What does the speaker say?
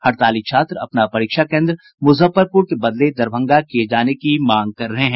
हड़ताली छात्र अपना परीक्षा केन्द्र मुजफ्फरपुर के बदले दरभंगा किये जाने की मांग कर रहे हैं